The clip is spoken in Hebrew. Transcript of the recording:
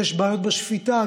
יש בעיות בשפיטה,